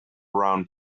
round